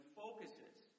focuses